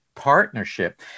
partnership